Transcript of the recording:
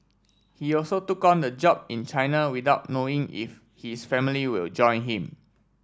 he also took on the job in China without knowing if his family will join him